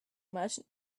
merchant